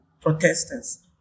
protesters